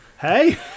Hey